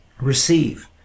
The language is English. receive